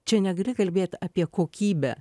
čia negali kalbėt apie kokybę